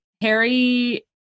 Harry